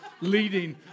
leading